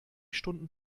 stunden